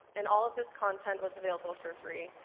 and all of this content was available for free,